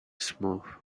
smooth